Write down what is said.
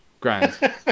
Grand